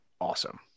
awesome